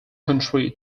country